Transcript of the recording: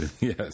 Yes